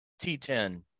T10